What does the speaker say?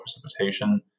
precipitation